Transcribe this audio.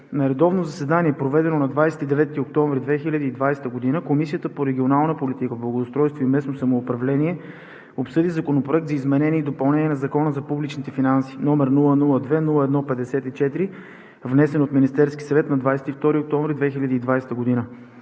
На редовно заседание, проведено на 29 октомври 2020 г., Комисията по регионална политика, благоустройство и местно самоуправление обсъди Законопроект за изменение и допълнение на Закона за данък върху добавената стойност, № 002-01-57, внесен от Министерския съвет на 27 октомври 2020 г.